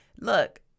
look